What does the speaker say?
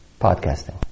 podcasting